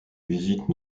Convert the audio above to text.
visitent